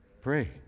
pray